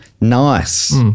Nice